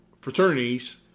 fraternities